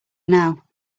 now